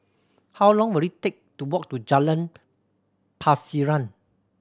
how long will it take to walk to Jalan Pasiran